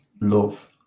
love